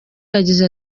yagize